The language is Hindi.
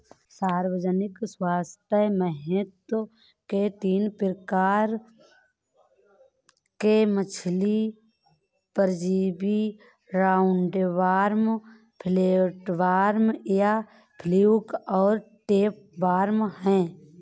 सार्वजनिक स्वास्थ्य महत्व के तीन प्रकार के मछली परजीवी राउंडवॉर्म, फ्लैटवर्म या फ्लूक और टैपवार्म है